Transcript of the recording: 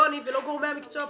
לא אני ולא גורמי המקצוע פה.